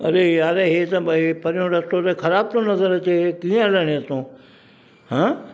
अड़े यार इहो त भई परियो रस्तो त ख़राबु थो नज़र अचे कीअं हलंदे तूं हा